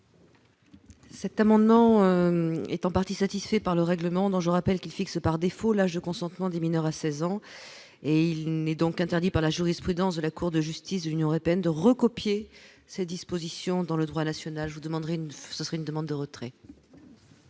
Cet amendement est en partie satisfait par le règlement, dont je rappelle qu'il fixe par défaut, l'âge de consentement des mineurs à 16 ans, et il n'est donc interdit par la jurisprudence de la Cour de justice de l'Union peine de recopier ces dispositions dans le droit national, je vous demanderai